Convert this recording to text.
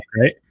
right